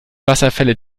wasserfälle